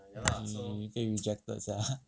err 被 rejected sia